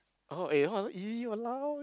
oh eh !walao! easy !walao!